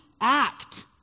act